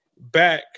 back